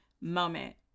moment